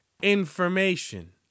information